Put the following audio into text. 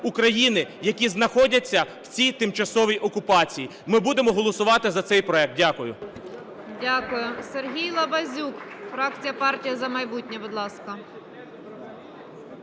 які знаходяться в цій тимчасовій окупації. Ми будемо голосувати за цей проект. Дякую.